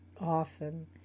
Often